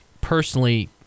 personally